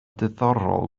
diddorol